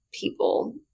people